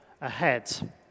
ahead